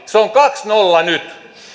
se on kaksi viiva nolla nyt